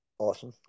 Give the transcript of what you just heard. Awesome